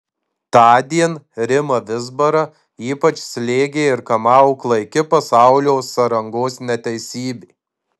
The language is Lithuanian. tądien rimą vizbarą ypač slėgė ir kamavo klaiki pasaulio sąrangos neteisybė